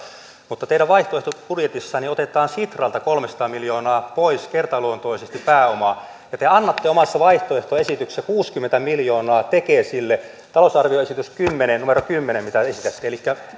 mutta teidän vaihtoehtobudjetissanne otetaan sitralta kolmesataa miljoonaa pois kertaluontoisesti pääomaa ja te annatte omassa vaihtoehtoesityksessänne kuusikymmentä miljoonaa tekesille talousarvioesityksen numero kymmenen mitä esitätte elikkä